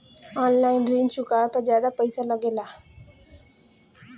आन line ऋण चुकावे पर ज्यादा पईसा लगेला?